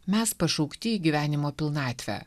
mes pašaukti į gyvenimo pilnatvę